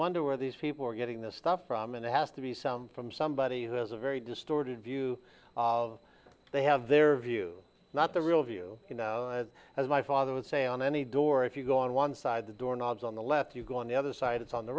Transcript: wonder where these people are getting this stuff from and it has to be some from somebody who has a very distorted view of they have their view not the real view as my father would say on any door if you go on one side the door knobs on the left you go on the other side it's on the